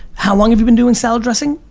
how long have you been doing salad dressing?